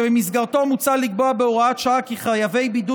שבמסגרתו מוצע לקבוע בהוראת שעה כי חייבי בידוד